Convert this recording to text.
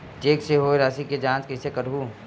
Cheque से होए राशि के जांच कइसे करहु?